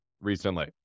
recently